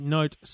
Note